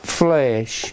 flesh